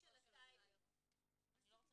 של הסייבר,